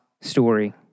story